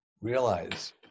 realize